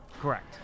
Correct